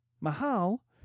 Mahal